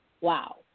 wow